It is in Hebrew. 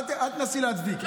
אל תנסי להצדיק.